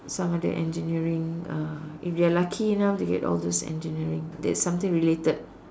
some of the engineering uh if they are lucky enough they get all those engineering that's something related